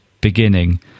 beginning